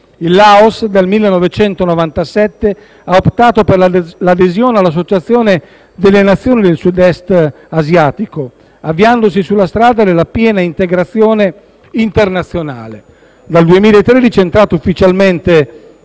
Il Laos dal 1997 ha optato per l'adesione all'Associazione delle nazioni del Sud-Est asiatico, avviandosi sulla strada della piena integrazione internazionale; dal 2013 è entrato ufficialmente